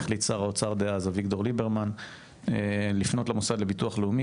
החליט שר האוצר דאז אביגדור ליברמן לפנות למוסד ביטוח לאומי